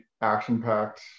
action-packed